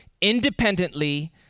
independently